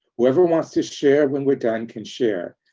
whoever wants to share when we're done can share,